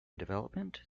development